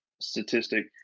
statistic